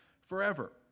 forever